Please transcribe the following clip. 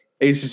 ACC